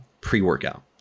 pre-workout